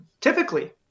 typically